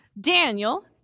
Daniel